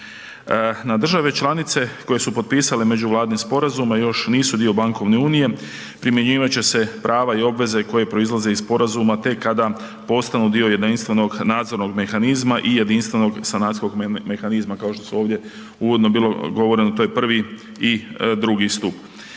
Na države članice koje su potpisale međuvladin sporazum a još nisu dio bankovne unije, primjenjivat će se prava i obveze koje proizlaze iz sporazuma te kada postanu dio jedinstvenog nadzornog mehanizma i jedinstvenog sanacijskog mehanizma, kao što je ovdje uvodno bilo govoreno, to je prvi i drugi stup.